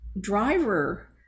driver